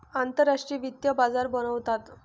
आंतरराष्ट्रीय वित्तीय बाजार बनवतात